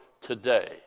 today